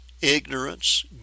ignorance